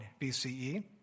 BCE